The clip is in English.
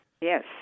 yes